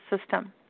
system